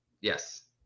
Yes